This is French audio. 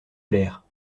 plaire